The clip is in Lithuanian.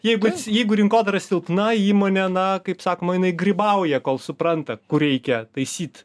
jeigu jeigu rinkodara silpna įmonė na kaip sakoma jinai grybauja kol supranta kur reikia taisyt